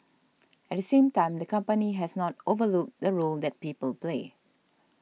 at the same time the company has not overlooked the role that people play